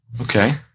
okay